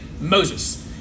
Moses